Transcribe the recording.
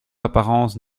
apparence